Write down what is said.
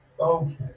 Okay